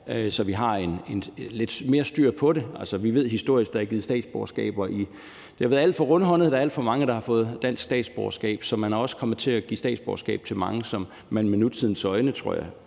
så vi har lidt mere styr på det. Altså, vi ved historisk, at der er givet statsborgerskaber, hvor man har været alt for rundhåndet, sådan at der er alt for mange, der har fået dansk statsborgerskab. Så man er også kommet til at give statsborgerskab til mange, som jeg tror man – jeg